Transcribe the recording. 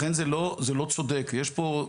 לכן זה לא צודק יש פה,